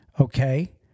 Okay